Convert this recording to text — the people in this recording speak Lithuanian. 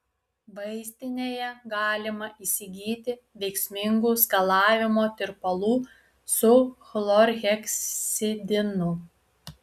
vaistinėje galima įsigyti veiksmingų skalavimo tirpalų su chlorheksidinu